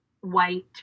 white